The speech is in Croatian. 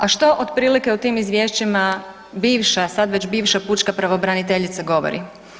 A što otprilike u tim izvješćima bivša, sad već bivša pučka pravobraniteljica govori?